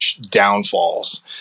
downfalls